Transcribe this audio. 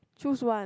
choose one